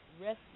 rescue